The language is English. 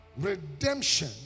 Redemption